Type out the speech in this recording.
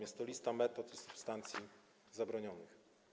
Jest to lista metod i substancji zabronionych.